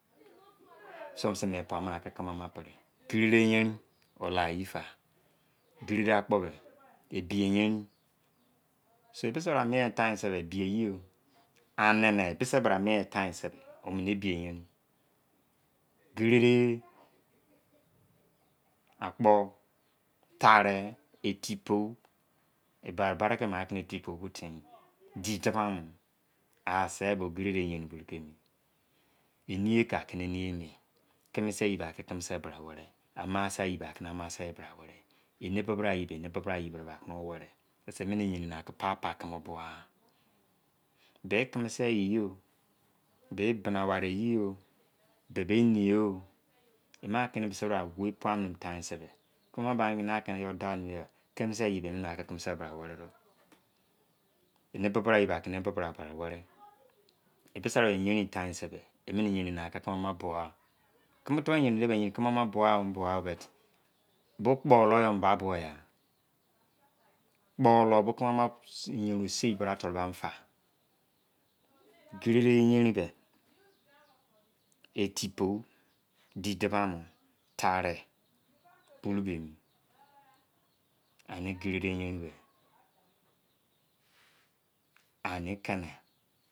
Samson tana ke keme ina pene gerie ge yerin ola-ye-fa edi tsa ti po beh bi yerin seimo times ebi-yerin amene mi si bra mi e-times kpo emene ebi yarin gerere akpo tare eti bo bari-bani, di du ba mou asi bo gerere yain tce emi yeniye tca tce eniye mie keni sai ye tce kemesi pere amasei ayiba tce tceme sai pare eni pere pari ta pre, mene yei nara papa wene ebugha, me-ta me si yei me bi na ware ye bebe emiye em, ere misi bra wey tome beh keme sei ye tce tceme sei ye were de, eni be ba ra ke wene, ediso yain times pre emene yana ne keme pua, tceme fain mi times se bua ebe tipoloyo ta bele ya thtalu ba tceme ma si seibra ba fa, gerene yamin beh, etikpo di dubamor-tare buh ke en sere.